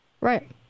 Right